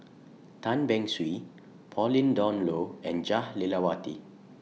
Tan Beng Swee Pauline Dawn Loh and Jah Lelawati